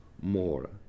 more